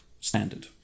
standard